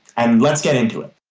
and let's get into it.